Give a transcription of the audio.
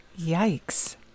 Yikes